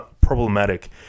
problematic